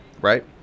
right